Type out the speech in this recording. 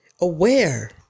aware